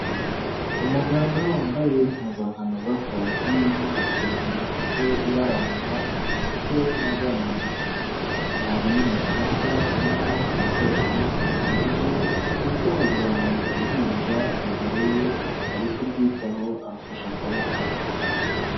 Umuganga wambaye impuzankano z'akazi n'ingofero mu mutwe ibaranga ndetse na ga mu ntoki ari mu cyumba kirimo ibikoresho byose bihagije ndetse haryamye uruhinja imbere ye ari kurwitaho arufashe akaboko.